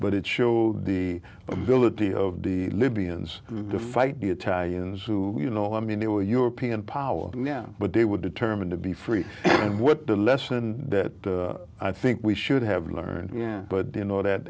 but it showed the ability of the libyans the fight the italians who you know i mean they were european power now but they were determined to be free and what the lesson that i think we should have learned but you know that